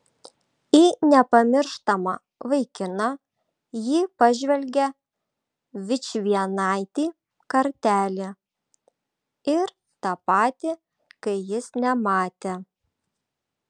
į nepamirštamą vaikiną ji pažvelgė vičvienaitį kartelį ir tą patį kai jis nematė